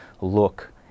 look